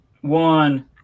One